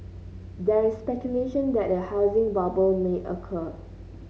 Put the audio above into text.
there is speculation that a housing bubble may occur